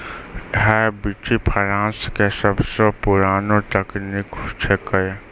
है विधि फ्रांस के सबसो पुरानो तकनीक छेकै